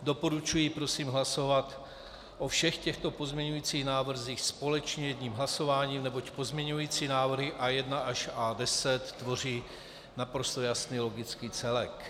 Doporučuji prosím hlasovat o všech těchto pozměňovacích návrzích společně jedním hlasováním, neboť pozměňovací návrhy A1 až A10 tvoří naprosto jasný a logický celek.